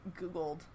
Googled